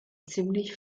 ziemlich